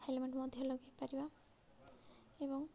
helmet ମଧ୍ୟ ଲଗେଇ ପାରିବା ଏବଂ